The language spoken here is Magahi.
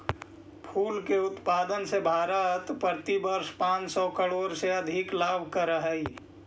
फूल के उत्पादन से भारत प्रतिवर्ष पाँच सौ करोड़ से अधिक लाभ करअ हई